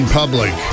public